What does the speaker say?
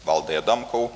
valdai adamkau